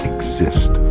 Exist